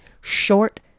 Short